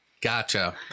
Gotcha